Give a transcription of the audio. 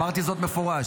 אמרתי זאת במפורש,